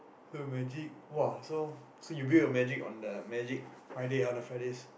the magic !woah! so so you build your magic on the magic Friday on the Fridays